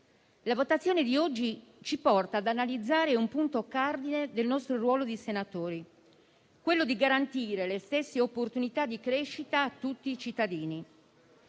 la votazioni de oggi ci porta ad analizzare un punto cardine del nostro ruolo di senatori, quello di garantire le stesse opportunità di crescita a tutti i cittadini.